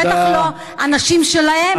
בטח לא הנשים שלהם,